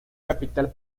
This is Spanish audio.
capital